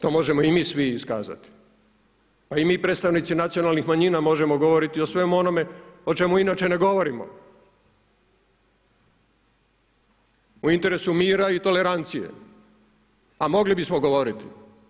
To možemo i mi svi iskazati, pa i mi predstavnici nacionalnih manjina možemo govoriti o svemu onome o čemu inače ne govorimo u interesu mira i tolerancije, a mogli bismo govoriti.